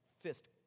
fist